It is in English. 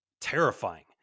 terrifying